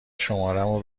شمارمو